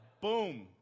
boom